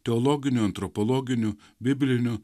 teologiniu antropologiniu bibliniu